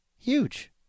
Huge